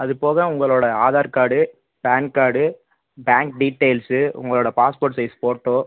அதுப்போக உங்களோடய Aadhaar card PAN card bank details உங்களோடய பாஸ்போர்ட் சைஸ் ஃபோட்டோ